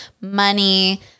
money